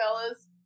Fellas